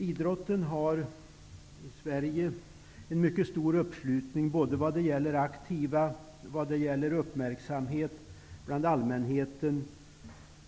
Uppslutningen är stor kring idrotten i Sverige, både vad gäller aktiva utövare och vad gäller uppmärksamhet bland allmänheten.